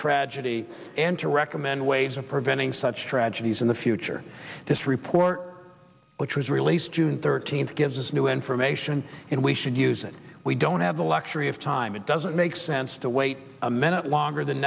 tragedy and to recommend ways of preventing such tragedies in the future this report which was released june thirteenth gives us new information and we should use that we don't have the luxury of time it doesn't make sense to wait a minute longer than